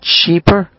cheaper